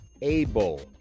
able